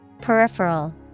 Peripheral